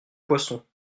poisson